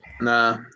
Nah